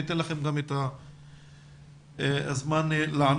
אני אתן לכם גם את הזמן לענות.